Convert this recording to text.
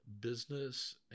business